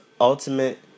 ultimate